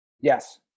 Yes